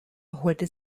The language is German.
holte